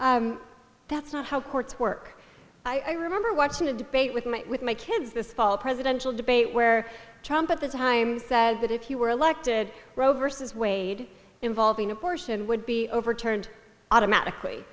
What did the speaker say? that's not how courts work i remember watching a debate with my with my kids this fall presidential debate where trump at the time said that if you were elected versus wade involving abortion would be overturned automatically